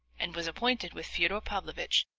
and was appointed, with fyodor pavlovitch,